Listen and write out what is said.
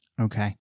Okay